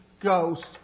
Ghost